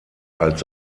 als